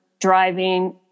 driving